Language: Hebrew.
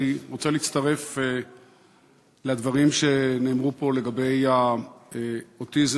אני רוצה להצטרף לדברים שנאמרו פה לגבי האוטיזם